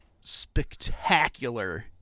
spectacular